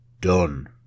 done